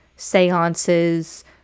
seances